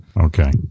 Okay